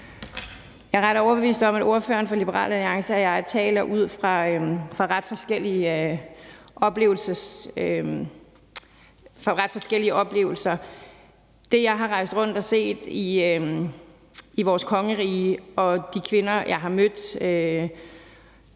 Jeg er ret overbevist om, at ordføreren for Liberal Alliance og jeg taler ud fra ret forskellige oplevelser. I forhold til det, jeg har rejst rundt og set i vores kongerige, og de kvinder, jeg har mødt